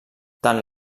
tant